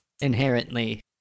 Inherently